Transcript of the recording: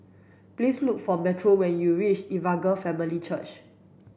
please look for Metro when you reach Evangel Family Church